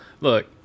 Look